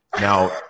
Now